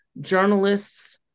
Journalists